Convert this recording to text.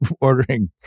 ordering